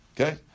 okay